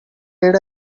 did